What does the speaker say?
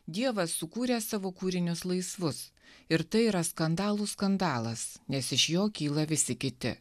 dievas sukūrė savo kūrinius laisvus ir tai yra skandalų skandalas nes iš jo kyla visi kiti